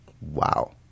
wow